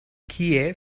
kiew